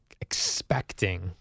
expecting